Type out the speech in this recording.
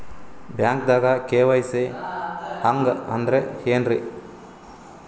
ಬ್ಯಾಂಕ್ದಾಗ ಕೆ.ವೈ.ಸಿ ಹಂಗ್ ಅಂದ್ರೆ ಏನ್ರೀ?